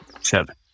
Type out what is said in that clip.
Seven